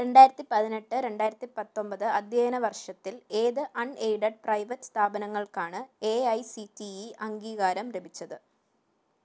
രണ്ടായിരത്തി പതിനെട്ട് രണ്ടായിരത്തി പത്തൊമ്പത് അധ്യയന വർഷത്തിൽ ഏത് അൺഎയ്ഡഡ് പ്രൈവറ്റ് സ്ഥാപനങ്ങൾക്കാണ് A I C T E അംഗീകാരം ലഭിച്ചത്